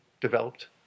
developed